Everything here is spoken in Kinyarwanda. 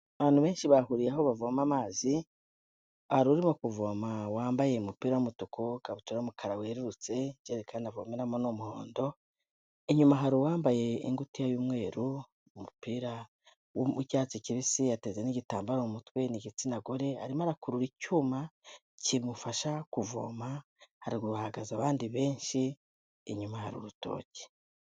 Abantu benshi bahuriye aho bavoma amazi hari urimo kuvoma wambaye umupira w'umutuku, ikabutura y'umukara werutse ijerekani avomeramo ni umuhondo, inyuma hari uwambaye ingutiya y'umweru, umupira w'icyatsi kibisi yateze n'igitambaro mu mutwe ni igitsina gore, arimo arakurura icyuma kimufasha kuvoma, haruguru hahagaze abandi benshi, inyuma hari urutoki.